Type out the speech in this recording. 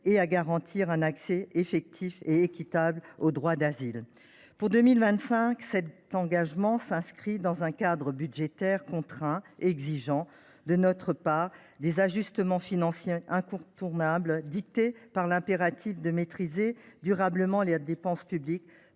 et garantir un accès effectif et équitable au droit d’asile. Pour 2025, cet engagement s’inscrit dans un cadre budgétaire contraint, qui exige de notre part des ajustements financiers incontournables, dictés par l’impératif de maîtriser durablement les dépenses publiques